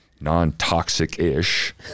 non-toxic-ish